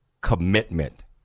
Commitment